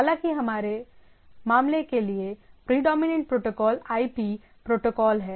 हालांकि हमारे मामले के लिए प्रीडोमिनेंट प्रोटोकॉल आईपी प्रोटोकॉल है